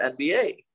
NBA